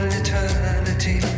eternity